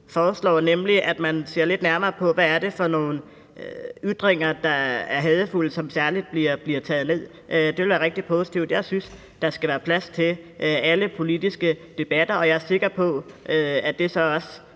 foreslår, nemlig at man ser lidt nærmere på, hvad det er for nogle ytringer, der er hadefulde, og som særlig bliver taget ned. Det ville være rigtig positivt. Jeg synes, der skal være plads til alle politiske debatter, og jeg er sikker på, at det så også